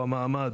המעמד,